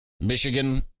Michigan